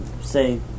say